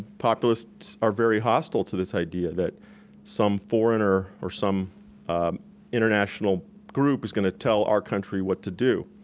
populists are very hostile to this idea that some foreigner or some international group is gonna tell our country what to do.